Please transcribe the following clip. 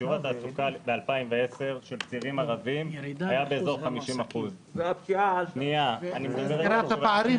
שיעור התעסוקה ב-2010 של צעירים ערבים היה באזור 50%. הממשלה